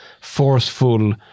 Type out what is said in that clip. forceful